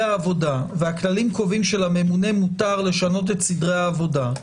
העבודה והכללים קובעים שלממונה מותר לשנות את סדרי העבודה,